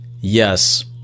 yes